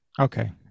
Okay